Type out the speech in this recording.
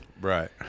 right